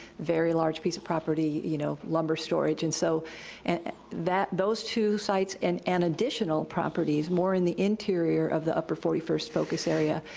very large piece of property. you know, lumber storage, and so and those two sites, and and additional properties, more in the interior of the upper forty first focus area,